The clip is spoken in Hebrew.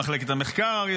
הוא עלה למחלקת המחקר,